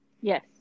Yes